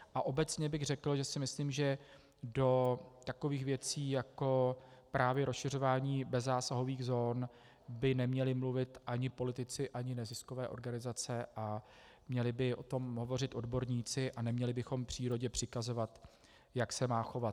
A obecně bych řekl, že si myslím, že do takových věcí jako právě rozšiřování bezzásahových zón by neměli mluvit ani politici, ani neziskové organizace, a měli by o tom hovořit odborníci a neměli bychom přírodě přikazovat, jak se má chovat.